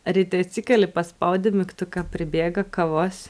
ryte atsikeli paspaudi mygtuką pribėga kavos